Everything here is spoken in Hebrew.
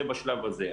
זה בשלב הזה.